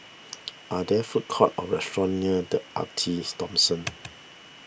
are there food courts or restaurants near the Arte Thomson